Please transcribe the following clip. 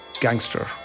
Gangster